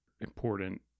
important